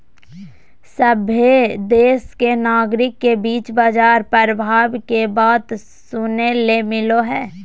सभहे देश के नागरिक के बीच बाजार प्रभाव के बात सुने ले मिलो हय